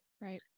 right